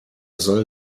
soll